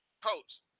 Coach